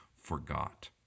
forgot